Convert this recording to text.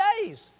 days